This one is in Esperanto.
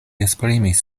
esprimis